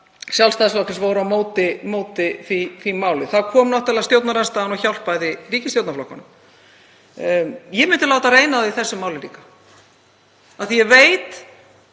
Sjálfstæðisflokksins var á móti því máli. Þá kom náttúrlega stjórnarandstaðan og hjálpaði ríkisstjórnarflokkunum. Ég vildi láta reyna á það í þessu máli líka af því að ég veit